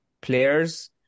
players